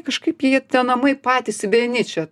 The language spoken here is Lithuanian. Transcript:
kažkaip jie tie namai patys vieni čia